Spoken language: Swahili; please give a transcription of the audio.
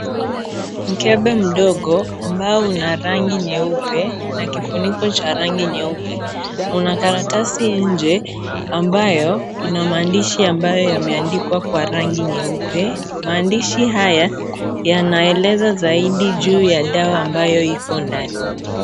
Mkebe mdogo ambao Una rangi nyeupe na kifuniko cha rangi nyeupe. Kuna karatasi nje ambayo ina maandishi ambayo yameandikwa kwa rangi nyeupe. Maandishi haya yanaeleza zaidi juu ya dawa ambayo iko ndani.